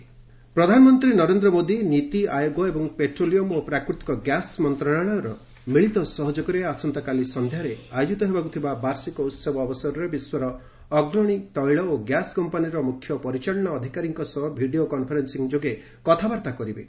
petroleum ପ୍ରଧାନମନ୍ତ୍ରୀ ନରେନ୍ଦ୍ର ମୋଦି ନୀତି ଆୟୋଗ ଏବଂ petroleum ଓ ପ୍ରାକୃତିକ ଗ୍ୟାସ୍ ମନ୍ତ୍ରଣାଳୟର ମିଳିତ ସହଯୋଗରେ ଆସନ୍ତାକାଲି ସଂଧ୍ୟାରେ ଆୟୋଜିତ ହେବାକୁ ଥିବା ବାର୍ଷିକ ଉହବ ଅବସରରେ ବିଶ୍ୱର ଅଗ୍ରଣୀ ତୈଳ ଓ ଗ୍ୟାସ୍ କମ୍ପାନୀର ମୁଖ୍ୟ ପରିଚାଳନା ଅଧିକାରୀଙ୍କ ସହ ଭିଡିଓ କନଫରେନସିଂ ଯୋଗେ କଥାବାର୍ତା କରିବେ